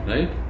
Right